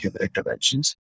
interventions